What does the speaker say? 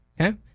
okay